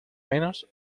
menos